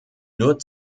nur